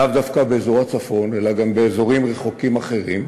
לאו דווקא באזור הצפון אלא גם באזורים רחוקים אחרים,